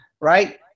right